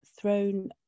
thrown